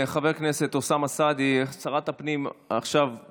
חבר הכנסת אוסאמה סעדי, שרת הפנים תיכנס